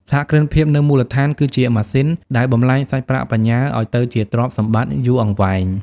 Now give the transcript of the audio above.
សហគ្រិនភាពនៅមូលដ្ឋានគឺជា "ម៉ាស៊ីន" ដែលបំប្លែងសាច់ប្រាក់បញ្ញើឱ្យទៅជាទ្រព្យសម្បត្តិយូរអង្វែង។